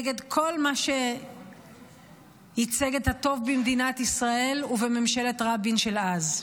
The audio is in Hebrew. נגד כל מה שייצג את הטוב במדינת ישראל ובממשלת רבין של אז.